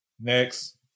Next